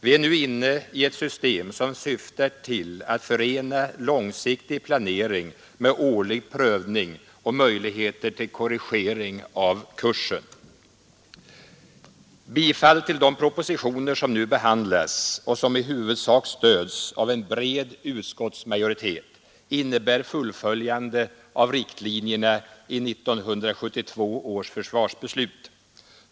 Vi är ju nu inne i ett system som syftar till att förena långsiktig planering med årlig prövning och möjlighet till korrigering av kursen. Bifall till de propositioner som nu behandlas och som i huvudsak stödes av en bred utskottsmajoritet innebär fullföljande av riktlinjerna i 1972 års försvarsbeslut.